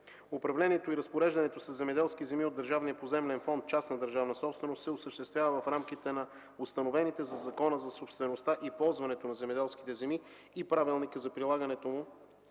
Управлението и разпореждането със земеделски земи от Държавния поземлен фонд – частна държавна собственост, се осъществява в рамките на установеното със Закона за собствеността и ползването на земеделските земи и Правилника за прилагането му